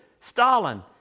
Stalin